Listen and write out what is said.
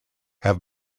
have